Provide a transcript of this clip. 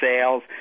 sales